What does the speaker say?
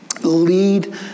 lead